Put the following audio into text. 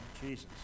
Jesus